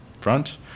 front